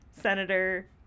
senator